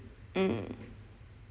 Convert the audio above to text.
mm